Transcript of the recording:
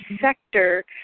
sector